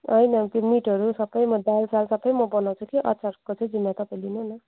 होइन त्यो मिटहरू सबै म दाल साल सबै म बनाउँछु कि अचारको चाहिँ जिम्मा तपाईँले लिनु न